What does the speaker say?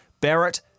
Barrett